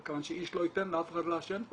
אלא מכיוון שאיש לא ייתן לאף אחד לעשן פה